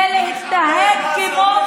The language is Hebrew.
לא סתם עוצרים מישהו.